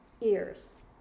ears